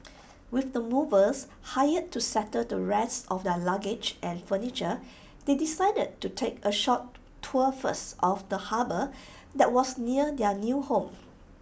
with the movers hired to settle the rest of their luggage and furniture they decided to take A short tour first of the harbour that was near their new home